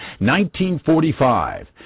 1945